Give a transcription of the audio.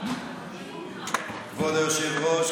כבוד היושב-ראש,